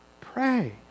Pray